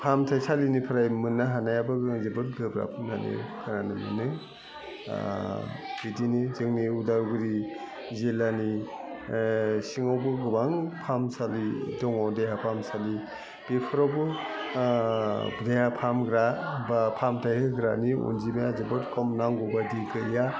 फाहामथाइ सालिनिफ्राय मोन्नो हानायाबो जोबोर गोब्राब होन्नानै खोनानो मोनो बिदिनो जोंनि अदालगुरि जिल्लानि सिङावबो गोबां फाहामसालि दङ देहा फाहामसालि बेफ्रावबो देहा फाहामग्रा बा फाहामथाइ होग्रानि अनजिमाया जोबोद खम नांगौ बायदि गैया